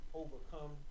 overcome